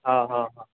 ആ ഹ ഹ